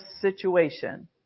situation